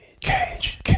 Cage